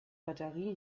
batterie